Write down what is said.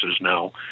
now